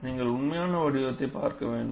நீங்கள் உண்மையான வடிவத்தைப் பார்க்க வேண்டும்